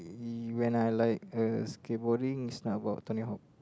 uh when I like uh skate boarding is about Tony-Hawk